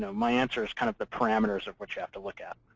my answer is kind of the parameters of what you have to look at.